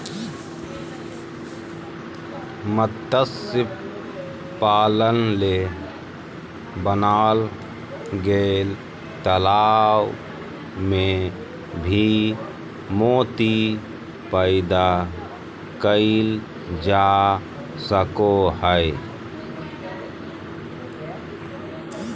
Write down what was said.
मत्स्य पालन ले बनाल गेल तालाब में भी मोती पैदा कइल जा सको हइ